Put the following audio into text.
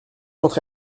entrée